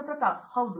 ಪ್ರತಾಪ್ ಹರಿದಾಸ್ ಸರಿ